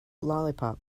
lollipop